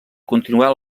continuar